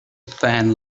fan